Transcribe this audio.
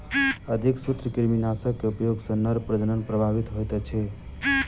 अधिक सूत्रकृमिनाशक के उपयोग सॅ नर प्रजनन प्रभावित होइत अछि